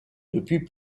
depuis